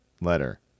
letter